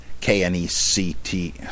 K-N-E-C-T